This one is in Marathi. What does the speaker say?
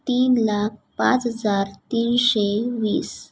तीन लाख पाच हजार तीनशे वीस